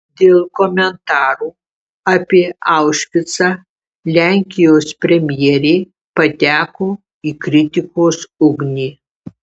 dėl komentarų apie aušvicą lenkijos premjerė pateko į kritikos ugnį